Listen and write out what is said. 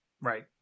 Right